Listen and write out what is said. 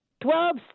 Twelve